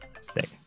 Sick